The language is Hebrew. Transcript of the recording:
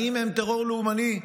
האם הם טרור לאומני?